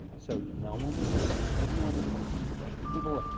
so no one was allowed, everyone, it was a contraband. and people were,